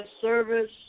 service